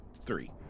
Three